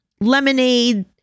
lemonade